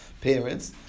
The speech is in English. parents